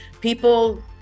people